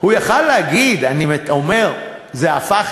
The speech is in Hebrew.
הוא היה יכול להגיד, אני אומר, "זה הפך